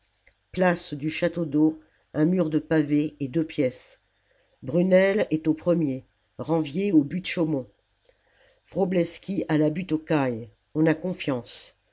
place du château-d'eau un mur de pavés et deux pièces brunel est au premier ranvier aux buttes chaumont wrobleski à la butte aux cailles on a confiance